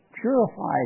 Purified